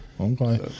Okay